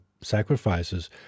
sacrifices